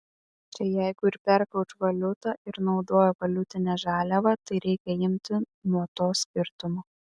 čia jeigu ir perka už valiutą ir naudoja valiutinę žaliavą tai reikia imti nuo to skirtumo